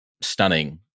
stunning